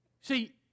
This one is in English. See